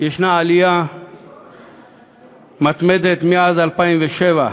יש עלייה מתמדת, מאז 2007,